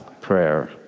prayer